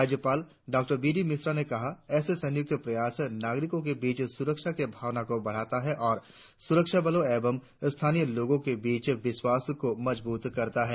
राज्यपाल Dr B D Mishra ने कहा ऐसे संत्यक्त प्रयास नागरिकों के बीच सुरक्षा के भावना को बढ़ावा देता है और सुरक्षा बलों एवं स्थानीय लोगों के बीच विश्वास को मजबूत करता है